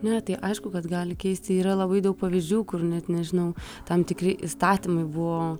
ne tai aišku kad gali keisti yra labai daug pavyzdžių kur net nežinau tam tikri įstatymai buvo